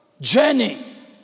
journey